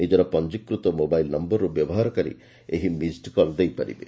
ନିଜର ପଞ୍ଞିକୃତ ମୋବାଇଲ୍ ନମ୍ୟରରୁ ବ୍ୟବହାରକାରୀ ଏହି ମିସ୍ଡକଲ ଦେଇପାରିବେ